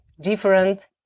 different